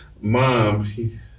mom